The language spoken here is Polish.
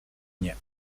nie